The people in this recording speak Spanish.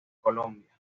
colombia